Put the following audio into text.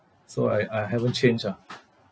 so I I haven't changed ah